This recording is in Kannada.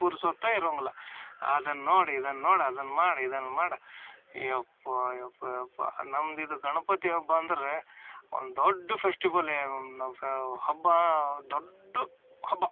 ಪುರ್ಸೋತ್ತೆ ಇರಂಗಿಲ್ಲ ಅದನ್ನ ನೋಡಿ ಇದನ್ನ ನೋಡಿ ಅದನ್ನ ಮಾಡಿ ಇದನ್ನ ಮಾಡಿ ಯಪ್ಪಾ ಯಪ್ಪ ಯಪ್ಪಾ ನಮ್ದು ಇದು ಗಣಪತಿ ಹಬ್ಬ ಅಂದರೆ ಒಂದು ದೊಡ್ಡ ಫೆಸ್ಟಿವಲೇ ನಮ್ಮ ಫ್ಯಾವ್ ಹಬ್ಬ ದೊಡ್ಡ ಹಬ್ಬ